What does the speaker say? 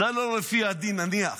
זה לא לפי הדין, נניח.